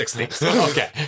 Okay